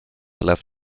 left